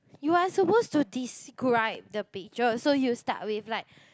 you are supposed to describe the picture so you start with like